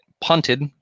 punted